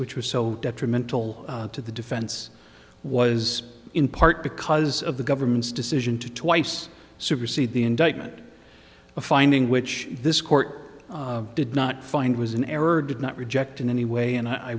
which was so detrimental to the defense was in part because of the government's decision to twice supersede the indictment a finding which this court did not find was an error did not reject in any way and i